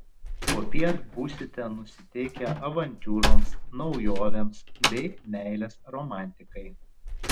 popiet būsite nusiteikę avantiūroms naujovėms bei meilės romantikai